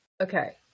Okay